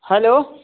hello